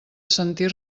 sentir